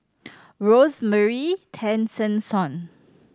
Rosemary Tessensohn